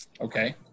Okay